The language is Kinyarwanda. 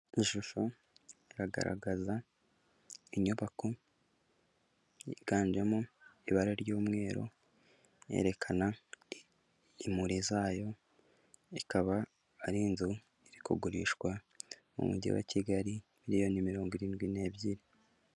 Ishusho iragaragaza inyubako yiganjemo ibara ry'umweru yerekana imuri zayo, ikaba ari inzu iri kugurishwa mu mujyi wa Kigali miliyoni mirongo irindwi n'ebyiri.